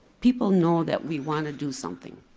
people know that we wanna do something.